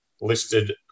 listed